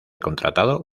contratado